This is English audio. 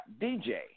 DJ